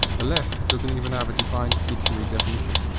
the left doesn't even have a defined dictionary definition.